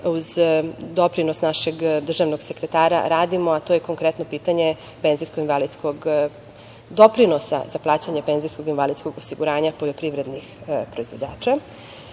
Uz doprinos našeg državnog sekretara radimo, a to je konkretno pitanje penzijsko-invalidskog doprinosa, za plaćanje penzijsko-invalidskog osiguranja poljoprivrednih proizvođača.